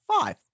Five